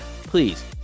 please